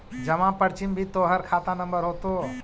जमा पर्ची में भी तोहर खाता नंबर होतो